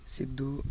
Sidhu